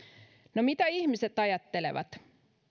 no mitä ihmiset ajattelevat